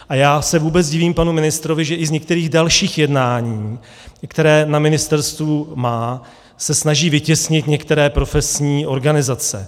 A já se vůbec divím panu ministrovi, že i z některých dalších jednání, která na ministerstvu má, se snaží vytěsnit některé profesní organizace.